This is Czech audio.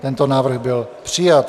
Tento návrh byl přijat.